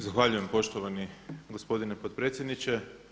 Zahvaljujem poštovani gospodine potpredsjedniče.